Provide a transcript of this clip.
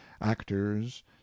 actors